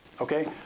Okay